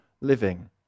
living